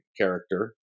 character